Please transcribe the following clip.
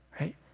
right